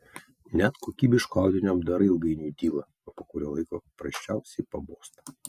net kokybiško audinio apdarai ilgainiui dyla o po kurio laiko paprasčiausiai pabosta